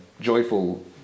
joyful